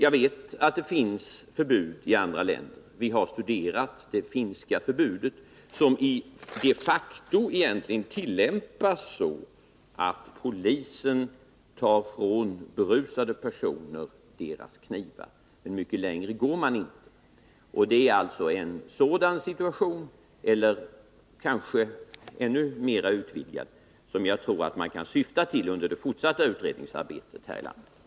Vi vet att det finns förbud i andra länder. Vi har studerat det finska förbudet, som de facto tillämpas så att polisen tar ifrån berusade personer deras knivar — men mycket längre går man inte. Det är sådana situationer — och kanske ännu mer utvidgade — som jag tror att man kan syfta till att komma åt i det fortsatta utredningsarbetet här i landet.